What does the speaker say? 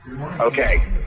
Okay